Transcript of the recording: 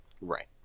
right